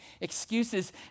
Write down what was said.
excuses